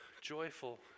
joyful